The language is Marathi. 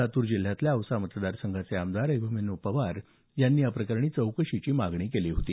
लातूर जिल्ह्यातल्या औसा मतदार संघाचे आमदार अभिमन्यू पवार यांनी याप्रकरणी चौकशीची मागणी केली होती